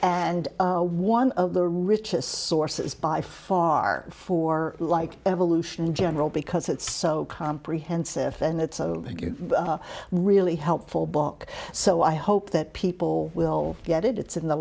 and one of the richest sources by far for like evolution in general because it's so comprehensive and it's really helpful book so i hope that people will get it it's in the